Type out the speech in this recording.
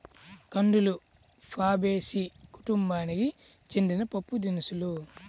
కందులు ఫాబేసి కుటుంబానికి చెందిన పప్పుదినుసు